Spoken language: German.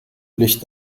licht